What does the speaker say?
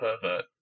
pervert